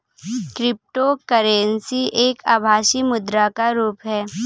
cryptocurrency एक आभासी मुद्रा का रुप है